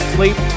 Sleep